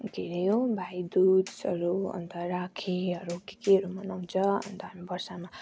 के अरे यो भाइदाजुहरू अन्त राखीहरू के केहरू मनाउँछ अन्त हामी वर्षमा